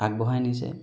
আগবঢ়াই নিছে